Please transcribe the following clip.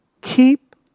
Keep